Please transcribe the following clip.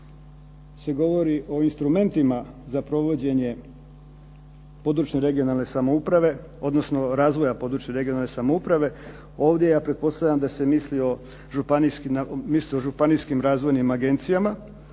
se govori o instrumentima za provođenje područne i regionalne samouprave, odnosno razvoja područne i regionalne samouprave. Ovdje ja pretpostavljam da se misli o županijskim razvojnim agencijama.